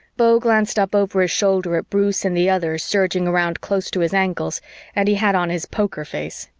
beau glanced up over his shoulder at bruce and the others surging around close to his ankles and he had on his poker face.